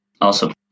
Awesome